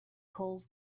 coal